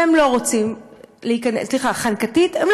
והם לא רוצים להיכנס אליו,